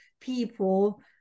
people